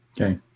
Okay